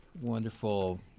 wonderful